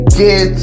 get